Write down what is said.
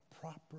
proper